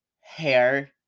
hair